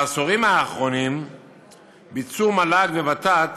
בעשורים האחרונים ביצעו מל"ג וות"ת